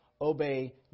obey